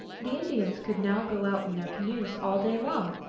the indians could now go out in their canoes all day long,